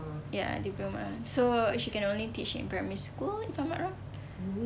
ya diploma so she can only teach in primary school if I'm not wrong